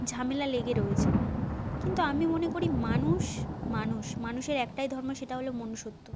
ঝামেলা লেগে রয়েছে কিন্তু আমি মনে করি মানুষ মানুষ মানুষের একটাই ধর্ম সেটা হলো মনুষ্যত্ব